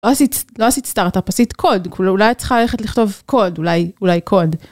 ‫לא עשית סטארט-אפ, עשית קוד, ‫אולי את צריכה ללכת לכתוב קוד, אולי קוד.